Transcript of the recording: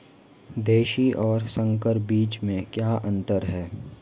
देशी और संकर बीज में क्या अंतर है?